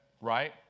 right